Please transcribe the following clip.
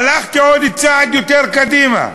הלכתי עוד צעד קדימה.